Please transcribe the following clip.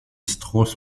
strauss